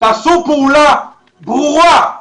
תעשו פעולה ברורה.